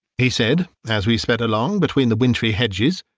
he said, as we sped along between the wintry hedges,